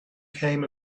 came